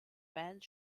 band